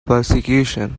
persecution